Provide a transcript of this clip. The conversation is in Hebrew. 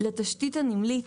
לתשתית הנמלית,